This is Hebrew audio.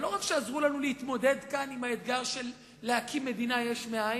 ולא רק שהן עזרו לנו להתמודד כאן עם האתגר של להקים מדינה יש מאין,